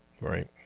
Right